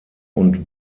und